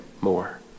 more